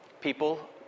people